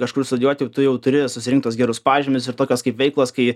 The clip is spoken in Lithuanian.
kažkur studijuot ir tu jau turi susirinkti tuos gerus pažymius ir tokios kaip veiklos kai